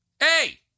hey